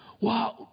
Wow